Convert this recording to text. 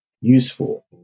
useful